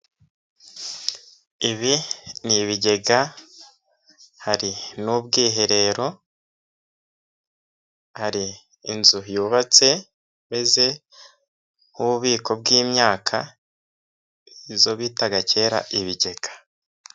Ibi ni ibigega, hari n'ubwiherero, hari inzu yubatse meze nk'ububiko bw'imyaka, izo bitaga kera ibigega.